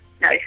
No